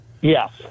Yes